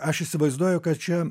aš įsivaizduoju kad čia